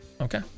Okay